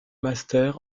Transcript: master